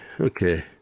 Okay